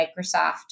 Microsoft